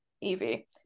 evie